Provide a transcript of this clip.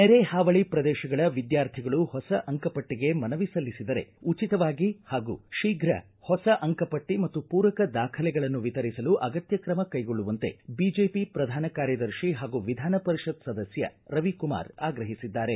ನೆರೆ ಹಾವಳಿ ಪ್ರದೇಶಗಳ ವಿದ್ಯಾರ್ಥಿಗಳು ಹೊಸ ಅಂಕಪಟ್ಷಿಗೆ ಮನವಿ ಸಲ್ಲಿಸಿದರೆ ಉಚಿತವಾಗಿ ಹಾಗೂ ಶೀಘ್ರ ಹೊಸ ಅಂಕಪಟ್ಟಿ ಮತ್ತು ಪೂರಕ ದಾಖಲೆಗಳನ್ನು ವಿತರಿಸಲು ಅಗತ್ಯ ಕ್ರಮ ಕೈಗೊಳ್ಳುವಂತೆ ಬಿಜೆಪಿ ಪ್ರಧಾನ ಕಾರ್ಯದರ್ಶಿ ಪಾಗೂ ವಿಧಾನ ಪರಿಷತ್ ಸದಸ್ಕ ರವಿಕುಮಾರ್ ಆಗ್ರಹಿಸಿದ್ದಾರೆ